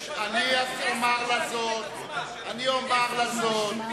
אסור לה לקרוא לו בשם פרטי.